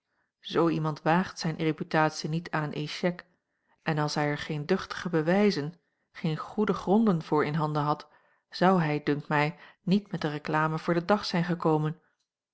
zoo iemand waagt zijne reputatie niet aan een échec en als hij er geen duchtige bewijzen geen goede gronden voor in handen had zou hij dunkt mij niet met de reclame voor den dag zijn gekomen